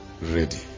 Ready